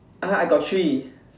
!huh! I got three